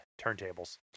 turntables